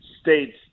states